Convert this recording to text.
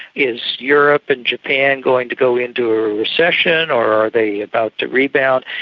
is europe and japan going to go into a recession or are they about to rebound?